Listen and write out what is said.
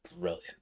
brilliant